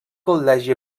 col·legi